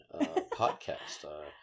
podcast